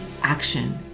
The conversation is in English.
action